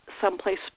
someplace